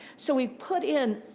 so we put in,